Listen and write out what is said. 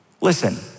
Listen